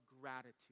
gratitude